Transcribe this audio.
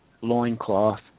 loincloth